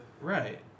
Right